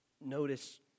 Notice